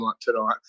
tonight